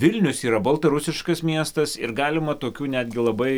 vilnius yra baltarusiškas miestas ir galima tokių netgi labai